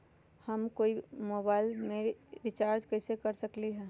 हम कोई मोबाईल में रिचार्ज कईसे कर सकली ह?